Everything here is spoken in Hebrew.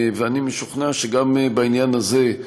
ואני משוכנע שגם בעניין הזה,